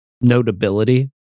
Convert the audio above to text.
notability